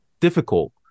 difficult